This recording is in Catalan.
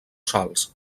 sals